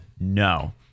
no